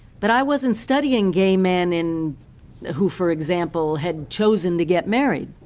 but i wasn't studying gay men in who, for example, had chosen to get married.